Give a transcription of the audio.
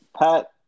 Pat